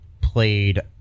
played